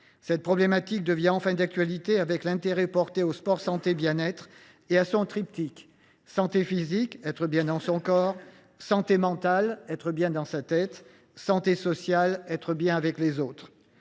Cette problématique devient enfin d’actualité avec l’intérêt porté à la démarche Sport, santé, bien être et à son triptyque : la santé physique – être bien dans son corps –, la santé mentale – être bien dans sa tête –, la santé sociale – être bien avec les autres.